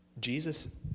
Jesus